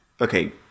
Okay